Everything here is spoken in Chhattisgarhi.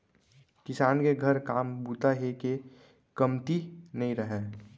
किसान के घर काम बूता हे के कमती नइ रहय